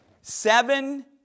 Seven